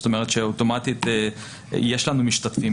זאת אומרת שאוטומטית יש לנו משתתפים,